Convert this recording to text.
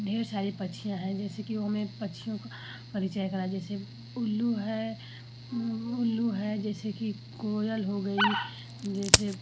ढेर सारी पक्षियां हैं जैसे की वो हमें पक्षियों का परिचय कराए जैसे उल्लू है उल्लू है जैसे की कोयल हो गयी जैसे